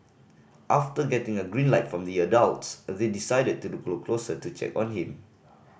after getting a green light from the adults they decided to go closer to check on him